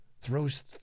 throws